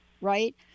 right